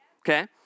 Okay